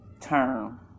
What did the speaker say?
term